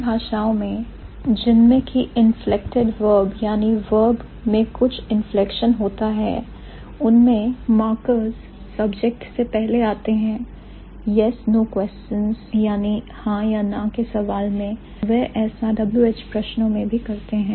सभी भाषाओं में जन्मे की inflected verb यानी verb में कुछ inflection होता है उनमें "al" markers subject से पहले आते हैं yes no questions हां या ना के सवाल में वह ऐसा "WH" प्रश्नों में भी करते हैं